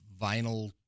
vinyl